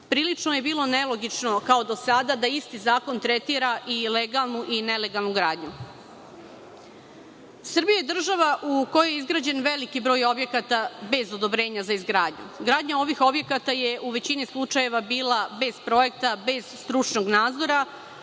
Prilično je bilo nelogično, kao do sada, da isti zakon tretira i legalnu i nelegalnu gradnju. Srbija je država u kojoj je izgrađen veliki broj objekata bez odobrenja za izgradnju. Izgradnja ovih objekata je u većini slučajeva bila bez projekta, bez stručnog nadzora